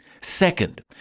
Second